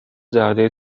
زرده